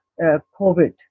COVID